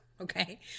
Okay